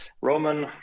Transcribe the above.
roman